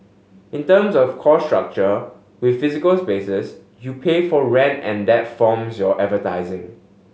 in terms of cost structure with physical spaces you pay for rent and that forms your advertising